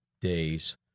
day's